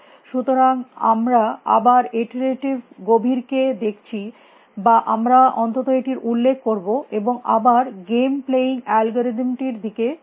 সুতরাং আমরা আবার ইটরেটিভ গভীর কে দেখছি বা আমরা অন্তত এটির উল্লেখ করব এবং আবার গেম প্লেয়িং অ্যালগরিদমটির দিকে দেখব